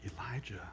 Elijah